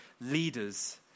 leaders